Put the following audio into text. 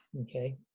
okay